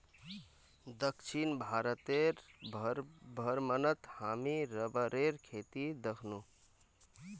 दक्षिण भारतेर भ्रमणत हामी रबरेर खेती दखनु